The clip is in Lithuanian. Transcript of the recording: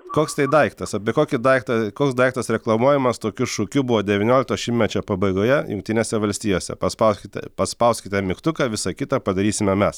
koks tai daiktas apie kokį daiktą koks daiktas reklamuojamas tokiu šūkiu buvo devyniolikto šimtmečio pabaigoje jungtinėse valstijose paspauskite paspauskite mygtuką visa kita padarysime mes